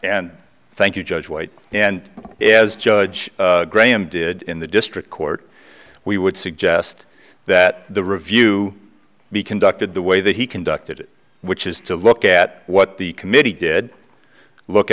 and thank you judge white and it as judge graham did in the district court we would suggest that the review be conducted the way that he conducted it which is to look at what the committee did look